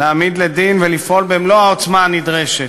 להעמיד לדין ולפעול במלוא העוצמה הנדרשת.